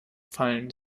fallen